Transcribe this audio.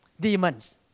Demons